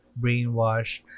brainwashed